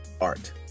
art